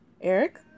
Eric